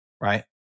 right